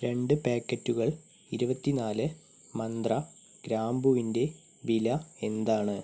രണ്ട് പാക്കറ്റുകൾ ഇരുപത്തി നാല് മന്ത്ര ഗ്രാമ്പൂവിന്റെ വില എന്താണ്